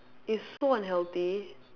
it's so unhealthy